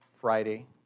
Friday